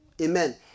Amen